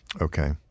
Okay